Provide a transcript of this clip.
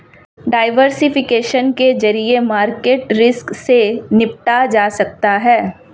diversification के जरिए market risk से निपटा जा सकता है